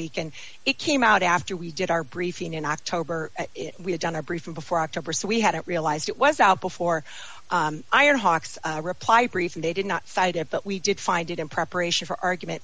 week and it came out after we did our briefing in october we had done a briefing before october so we hadn't realized it was out before i had hawks reply brief and they did not cite it but we did find it in preparation for argument